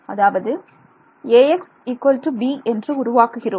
அதாவது Axb என்று உருவாக்குகிறோம்